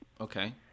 Okay